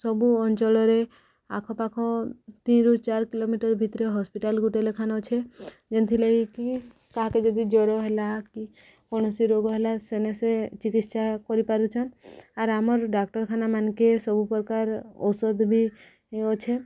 ସବୁ ଅଞ୍ଚଳରେ ଆଖପାଖ ତିନରୁ ଚାର କିଲୋମିଟର ଭିତରେ ହସ୍ପିଟାଲ୍ ଗୁଟେ ଲେଖାନ୍ ଅଛେ ଯେନ୍ତିଲାଗିକି କାହାର ଯଦି ଜର୍ ହେଲା କି କୌଣସି ରୋଗ ହେଲା ସେନେ ସେ ଚିକିତ୍ସା କରିପାରୁଛନ୍ ଆର୍ ଆମର ଡାକ୍ତରଖାନା ମାନକେ ସବୁପ୍ରକାର ଔଷଧ ବି ଅଛେ